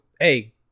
hey